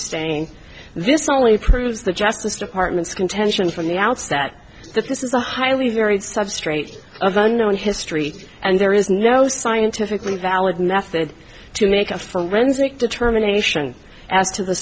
staying this only proves the justice department's contention from the outset that this is a highly varied substrate of the known history and there is no scientifically valid method to make a forensic determination as to the